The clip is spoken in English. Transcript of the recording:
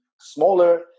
smaller